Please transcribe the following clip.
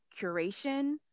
curation